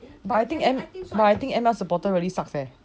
but I think M but I think that M_L supporter really suck eh